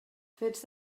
fets